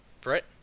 Brett